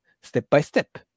step-by-step